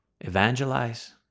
evangelize